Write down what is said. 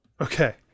Okay